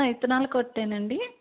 విత్తనాలు కొట్టేనాండి